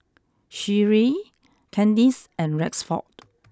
Sherree Candice and Rexford